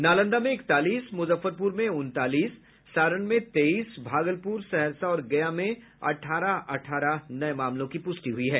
नालंदा में इकतालीस मुजफ्फरपुर में उनतालीस सारण में तेईस भागलपुर सहरसा और गया में अठारह अठारह नये मामलों की पुष्टि हुई है